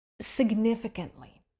significantly